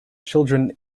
children